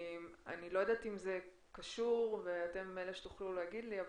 אני לא יודעת אם זה קשור ואתם אלה שתוכלו להגיד לי,